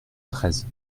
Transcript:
treize